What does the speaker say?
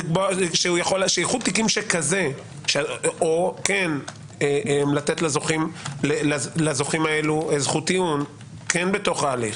שאיחוד תיקים שכזה או כן לתת לזוכים האלה זכות טיעון כן בתוך ההליך.